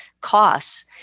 costs